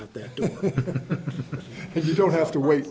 out there because you don't have to wait